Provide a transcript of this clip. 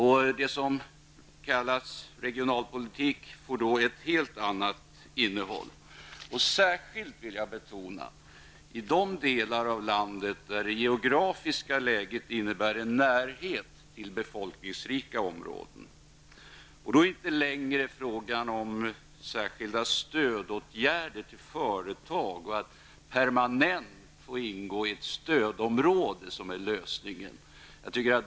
Det som har kallats regionalpolitik får ett annat innehåll särskilt, vill jag betona, i de delar av landet där det geografiska läget innebär en närhet till befolkningsrika områden. Där är det inte längre fråga om särskilda stödåtgärder till företag och att permanent få ingå i ett stödområde som är lösningen.